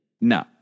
No